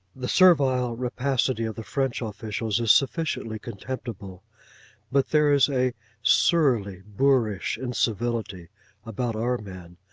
the servile rapacity of the french officials is sufficiently contemptible but there is a surly boorish incivility about our men,